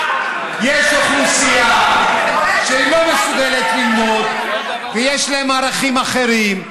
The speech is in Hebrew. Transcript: יש אוכלוסייה שלא מסוגלת ללמוד ויש להם ערכים אחרים,